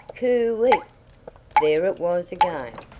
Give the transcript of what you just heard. cooey! there it was again,